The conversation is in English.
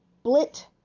Split